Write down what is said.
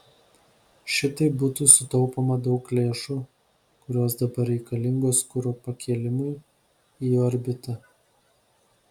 šitaip būtų sutaupoma daug lėšų kurios dabar reikalingos kuro pakėlimui į orbitą